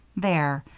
there!